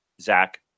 Zach